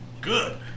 good